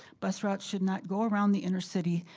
bus routes should not go around the inner city.